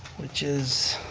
which is,